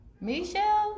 Michelle